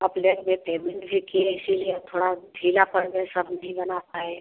आप लेट में पेमेंट भी किए इसलिए अब थोड़ा ढीला पड़ गए सब नही बना पाए